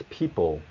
people